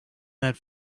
that